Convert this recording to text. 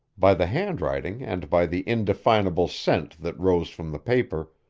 by the handwriting and by the indefinable scent that rose from the paper,